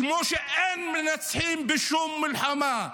כמו שאין מנצחים בשום מלחמה.